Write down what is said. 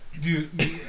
Dude